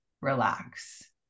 relax